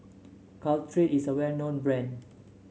caltrate is a well known brand